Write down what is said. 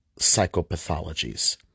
psychopathologies